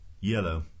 Yellow